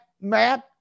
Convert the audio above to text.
Matt